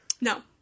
No